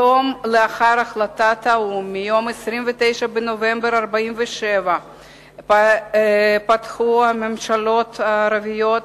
יום לאחר החלטת האו"ם מיום 29 בנובמבר 1947 פתחו הממשלות הערביות